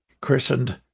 christened